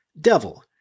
Devil